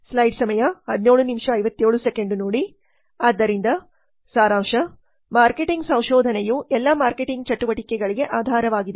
ಆದ್ದರಿಂದ ಸಾರಾಂಶ ಮಾರ್ಕೆಟಿಂಗ್ ಸಂಶೋಧನೆಯು ಎಲ್ಲಾ ಮಾರ್ಕೆಟಿಂಗ್ ಚಟುವಟಿಕೆಗಳಿಗೆ ಆಧಾರವಾಗಿದೆ